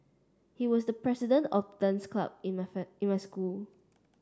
he was the president of dance club in in my school